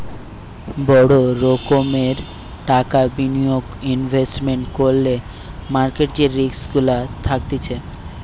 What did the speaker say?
বড় রোকোমের টাকা বিনিয়োগ ইনভেস্টমেন্ট করলে মার্কেট যে রিস্ক গুলা থাকতিছে